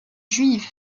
juive